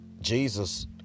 Jesus